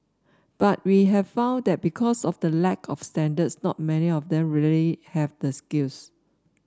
but we have found that because of the lack of standards not many of them really have the skills